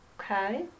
Okay